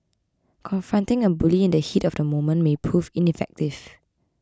confronting a bully in the heat of the moment may prove ineffective